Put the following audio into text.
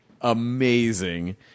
amazing